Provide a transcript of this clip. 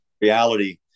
reality